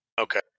Okay